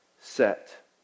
set